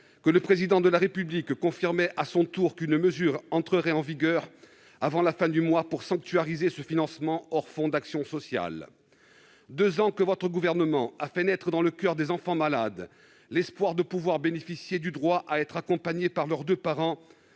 que le Président de la République confirmait à son tour qu'une mesure entrerait en vigueur avant la fin du mois pour sanctuariser ce financement hors fonds d'action sociale. Voilà deux ans que votre Gouvernement a fait naître dans le coeur des enfants malades l'espoir de pouvoir bénéficier du droit à être accompagnés par leurs deux parents